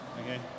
Okay